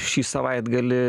šį savaitgalį